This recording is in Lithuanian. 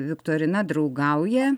viktorina draugauja